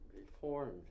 reformed